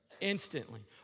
instantly